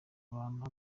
abantu